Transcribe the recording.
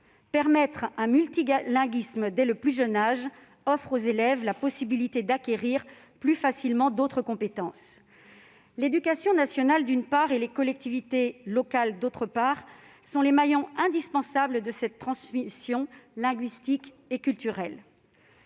Permettre un multilinguisme dès le plus jeune âge offre aux élèves la possibilité d'acquérir plus facilement d'autres compétences. L'éducation nationale, d'une part, et les collectivités locales, d'autre part, sont les maillons indispensables de cette transmission linguistique et culturelle.